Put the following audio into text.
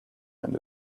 and